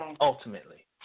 Ultimately